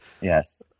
Yes